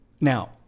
Now